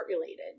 related